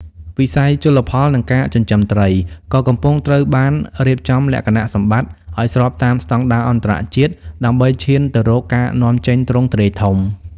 វិស័យជលផល និងការចិញ្ចឹមត្រី ក៏កំពុងត្រូវបានរៀបចំលក្ខណៈសម្បត្តិឱ្យស្របតាមស្ដង់ដារអន្តរជាតិដើម្បីឈានទៅរកការនាំចេញទ្រង់ទ្រាយធំ។